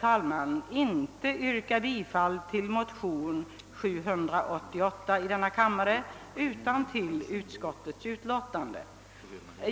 tänker inte yrka bifall till motion II:788 utan till utskottets hemställan.